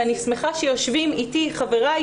אני שמחה שיושבים איתי חבריי,